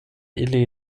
ili